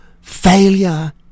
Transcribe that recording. failure